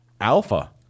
alpha